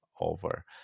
over